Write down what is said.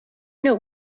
know